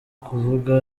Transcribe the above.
kuvuga